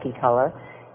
color